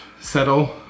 settle